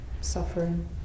suffering